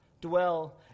dwell